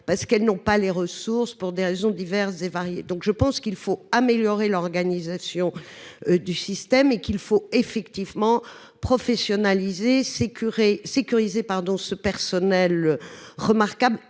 parce qu'elles n'ont pas les ressources pour des raisons diverses et variées, donc je pense qu'il faut améliorer l'organisation. Du système et qu'il faut effectivement professionnaliser ces curés sécurisé pardon ce personnel remarquable